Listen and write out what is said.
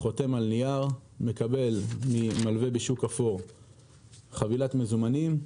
על נייר, מקבל ממלווה בשוק אפור חבילת מזומנים,